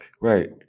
right